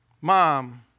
mom